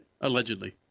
allegedly